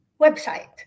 website